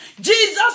Jesus